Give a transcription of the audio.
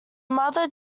mother